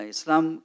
Islam